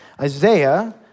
Isaiah